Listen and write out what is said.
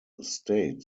state